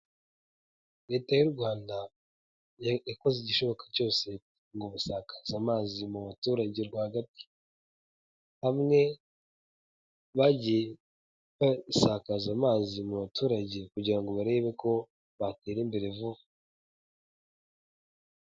Leta y'u Rwanda yakoze igishoboka cyose ngo basakaza amazi mu baturage rwagati, hamwe bagiye basakaza amazi mu baturage kugira ngo barebe ko batera imbere vuba.